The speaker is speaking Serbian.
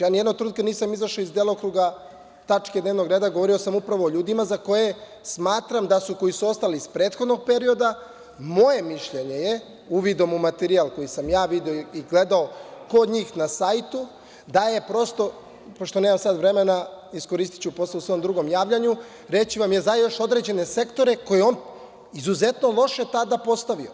Ja ni jednog trenutka nisam izašao iz delokruga tačke dnevnog reda, govorio sam upravo o ljudima za koje smatram da su, koji su ostali iz prethodnog perioda, moje mišljenje je, uvidom u materijal koji sam ja video i gledao kod njih na sajtu, da je prosto, pošto nemam sada vremena, iskoristiću posle u svom drugom javljanju, reći vam, za još određene sektore koje je on izuzetno loše tada postavio.